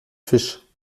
fisch